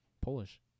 Polish